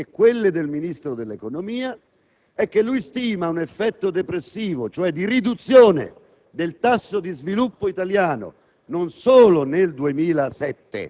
ha scritto, e poi confermato in Commissione, che l'effetto di questa manovra è depressivo. Vi è una differenza,